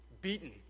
beaten